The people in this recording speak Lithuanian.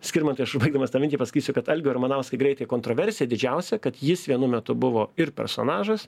skirmantai aš užbaigdamas tą mintį pasakysiu kad algio ramanausko greitai kontroversija didžiausia kad jis vienu metu buvo ir personažas